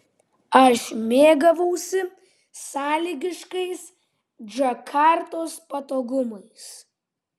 aš mėgavausi sąlygiškais džakartos patogumais